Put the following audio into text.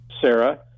Sarah